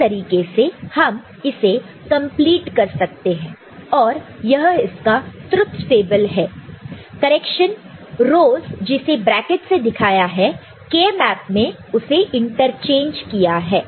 इस तरीके से हम इसे कंप्लीट कर सकते हैं और यह इसका ट्रुथ टेबल है करेक्शन रोस जिसे से दिखाया है K map में उसे इंटरचेंज किया है